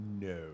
no